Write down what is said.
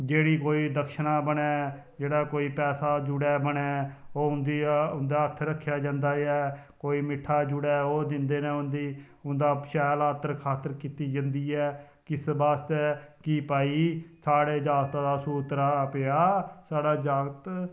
जेह्ड़ी कोई दक्षिणा बने जेह्ड़ा कोई पैसा जुड़े बने ओह् उं'दी उं'दा हत्थ रखेआ जंदा ऐ कोई मिट्ठा जुड़े ओह् दिंदे न उं'दी उं'दा शैल आतर खातर कीती जंदी ऐ किस बास्तै कि भाई साढ़े जागता दा सूत्तरा पेआ साढ़ा जागत